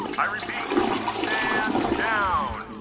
i repeat stand down.